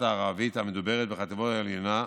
הערבית המדוברת בחטיבות העליונות,